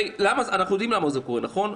אנחנו יודעים למה זה קורה, נכון?